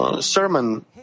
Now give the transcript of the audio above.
sermon